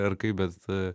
ar kaip bet